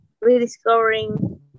rediscovering